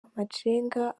abura